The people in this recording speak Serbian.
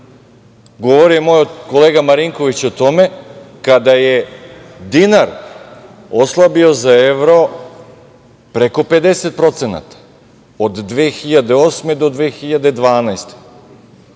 govorio je kolega Marinković o tome kada je dinar oslabio za evro preko 50% od 2008. do 2012.